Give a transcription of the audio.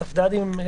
הספד"דים,